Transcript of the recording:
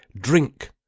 Drink